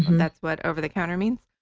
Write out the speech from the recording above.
that's what over-the counter means.